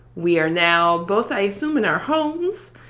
we are now both, i assume, in our homes.